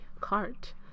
cart